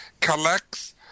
collects